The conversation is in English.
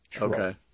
Okay